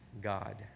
God